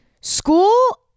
School